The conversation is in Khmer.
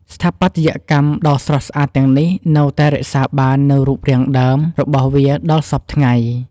ស្ថាបត្យកម្មដ៏ស្រស់ស្អាតទាំងនេះនៅតែរក្សាបាននូវរូបរាងដើមរបស់វាដល់សព្វថ្ងៃ។